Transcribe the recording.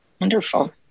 Wonderful